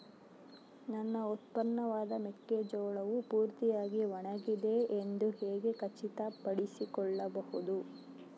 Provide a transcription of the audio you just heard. ನನ್ನ ಉತ್ಪನ್ನವಾದ ಮೆಕ್ಕೆಜೋಳವು ಪೂರ್ತಿಯಾಗಿ ಒಣಗಿದೆ ಎಂದು ಹೇಗೆ ಖಚಿತಪಡಿಸಿಕೊಳ್ಳಬಹುದು?